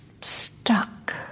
stuck